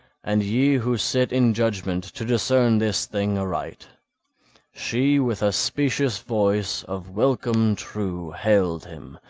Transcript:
and ye who sit in judgment, to discern this thing aright she with a specious voice of welcome true hailed him,